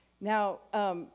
Now